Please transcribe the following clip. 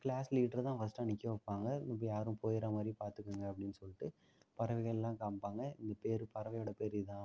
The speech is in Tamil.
கிளாஸ் லீடரை தான் ஃபஸ்ட்டாக நிற்க வைப்பாங்க இங்கே யாரும் போயிறாமாதிரி பார்த்துக்குங்க அப்படின் சொல்லிட்டு பறவைகள்லாம் காமிப்பாங்கள் இது பேர் பறவையோட பேர் இதுதான்